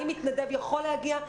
האם מתנדב יכול להגיע?